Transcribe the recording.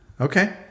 Okay